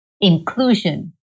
inclusion